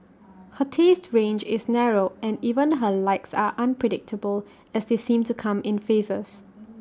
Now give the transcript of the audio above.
her taste range is narrow and even her likes are unpredictable as they seem to come in phases